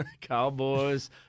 Cowboys